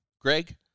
Greg